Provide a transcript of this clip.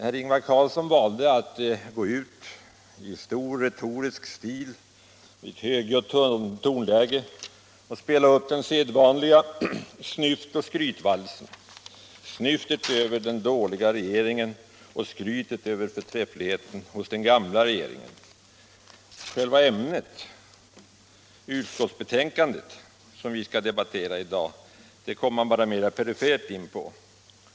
Herr Ingvar Carlsson valde att gå ut i stor retorisk stil och med högt tonläge för att spela upp den sedvanliga snyftoch skrytvalsen, snyftet över den dåliga regeringen och skrytet över den gamla regeringens förträfflighet. Själva ämnet, utskottsbetänkandet som vi skall debattera i dag, kom han in på bara perifert.